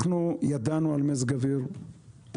אנחנו ידענו על מזג אוויר קיצוני.